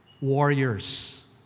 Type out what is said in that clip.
warriors